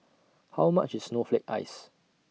How much IS Snowflake Ice